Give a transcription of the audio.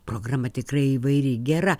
programa tikrai įvairi gera